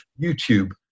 YouTube